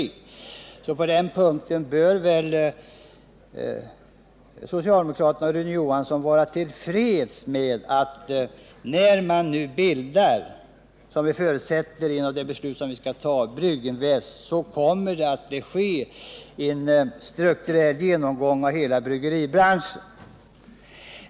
På den punkten bör socialdemokraterna och Rune Johansson vara till freds med att det nu när Brygginvest bildas, vilket jag förutsätter att vi fattar beslut om, kommer att ske en strukturell genomgång av hela bryggeribranschen.